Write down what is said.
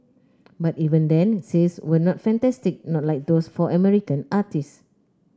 but even then sales were not fantastic not like those for American artistes